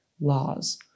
laws